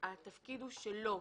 התפקיד הוא שלו,